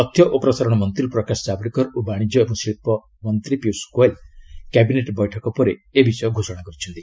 ତଥ୍ୟ ଓ ପ୍ରସାରଣ ମନ୍ତ୍ରୀ ପ୍ରକାଶ ଜାବଡେକର ଓ ବାଣିଜ୍ୟ ଏବଂ ଶିଳ୍ପ ମନ୍ତ୍ରୀ ପୀୟଷ ଗୋଏଲ୍ କ୍ୟାବିନେଟ୍ ବୈଠକ ପରେ ଏ ବିଷୟ ଘୋଷଣା କରିଛନ୍ତି